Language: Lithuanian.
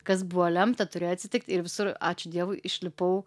kas buvo lemta turėjo atsitikt ir visur ačiū dievui išlipau